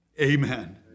Amen